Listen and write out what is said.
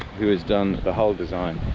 who has done the hull design.